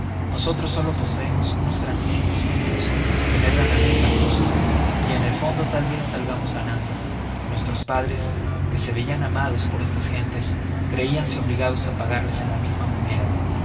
nosotros sólo poseemos unos grandísimos pillos que medran a nuestra costa y en el fondo tal vez salgamos ganando nuestros padres que se veían amados por estas gentes creíanse obligados a pagarles en la misma moneda